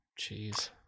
Jeez